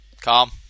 Calm